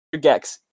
Gex